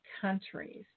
countries